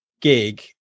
gig